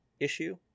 issue